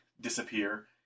disappear